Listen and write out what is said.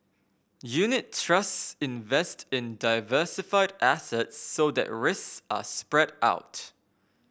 unit trusts invest in diversified assets so that risks are spread out